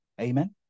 Amen